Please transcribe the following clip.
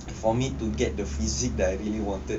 for me to get the physique I really wanted